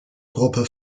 gruppe